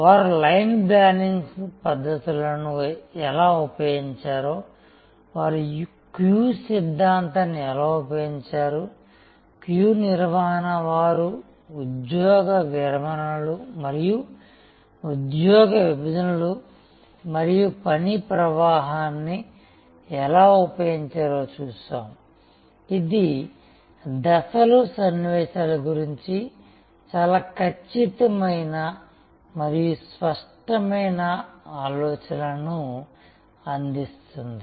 వారు line balancing పద్ధతులను ఎలా ఉపయోగించారో వారు క్యూ సిద్ధాంతాన్ని ఎలా ఉపయోగించారు క్యూ నిర్వహణ వారు ఉద్యోగ వివరణలు మరియు ఉద్యోగ విభజనలు మరియు పని ప్రవాహాన్ని ఎలా ఉపయోగించారో చూశాము ఇది దశలు సన్నివేశాల గురించి చాలా ఖచ్చితమైన మరియు స్పష్టమైన ఆలోచనలను అందిస్తుంది